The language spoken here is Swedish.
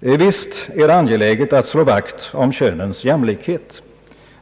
Visst är det angeläget att slå vakt om könens jämlikhet,